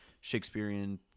Shakespearean